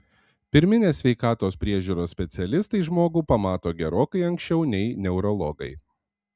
pirminės sveikatos priežiūros specialistai žmogų pamato gerokai anksčiau nei neurologai